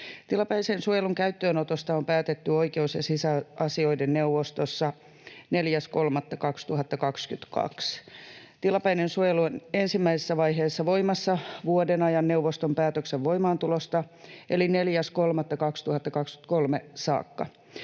Tilapäisen suojelun käyttöönotosta on päätetty oikeus- ja sisäasioiden neuvostossa 4.3.2022. Tilapäinen suojelu on ensimmäisessä vaiheessa voimassa vuoden ajan neuvoston päätöksen voimaantulosta eli 4.3.2023 saakka.